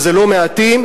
והם לא מעטים,